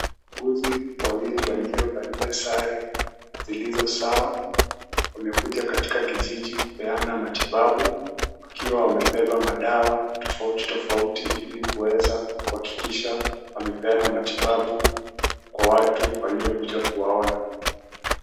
Wauguzi wawili walio valia sare zilizo sawa. Wamekuja katika kijiji kupeana matibabu. Wakiwa wamebeba madawa tofauti tofauti ili kuweza kuhakikisha wamepeana matibabu kwa watu waliokuja kuwaona.